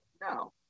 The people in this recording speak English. No